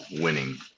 winning